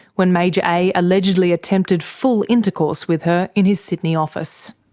when major a allegedly attempted full intercourse with her in his sydney office.